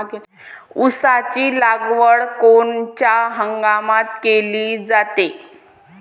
ऊसाची लागवड कोनच्या हंगामात केली जाते?